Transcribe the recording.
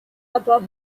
about